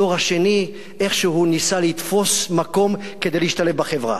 הדור השני איכשהו ניסה לתפוס מקום כדי להשתלב בחברה,